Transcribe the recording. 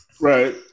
Right